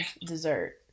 dessert